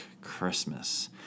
Christmas